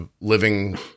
Living